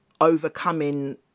overcoming